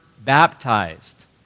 baptized